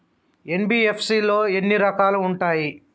NBFC లో ఎన్ని రకాలు ఉంటాయి?